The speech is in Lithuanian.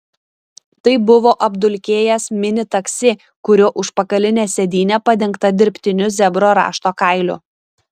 tai buvo apdulkėjęs mini taksi kurio užpakalinė sėdynė padengta dirbtiniu zebro rašto kailiu